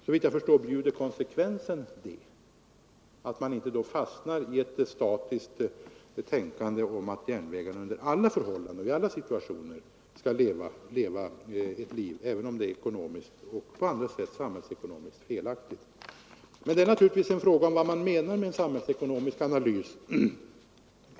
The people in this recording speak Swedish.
Såvitt jag förstår bjuder konsekvensen att man inte fastnar i ett statiskt tänkande som går ut på att järnvägarna under alla förhållanden och i alla situationer skall leva sitt liv, även om det både samhällsekonomiskt och på andra sätt är felaktigt. Men detta är naturligtvis en fråga om vad man menar med en samhällsekonomisk analys.